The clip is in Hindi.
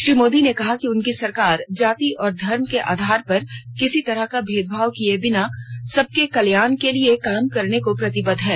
श्री मोदी ने कहा कि उनकी सरकार जाति और धर्म के आधार पर किसी तरह का भेदभाव किये बिना सबके कल्याण के लिए काम करने को प्रतिबद्ध है